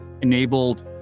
enabled